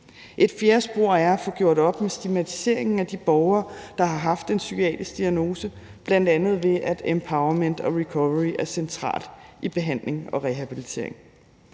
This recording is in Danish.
Et fjerde spor er at få gjort op med stigmatiseringen af de borgere, der har haft en psykiatrisk diagnose, bl.a. ved at empowerment og recovery er centralt i behandling og rehabilitering.